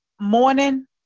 morning